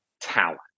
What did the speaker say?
talent